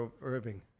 Irving